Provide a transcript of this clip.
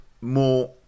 more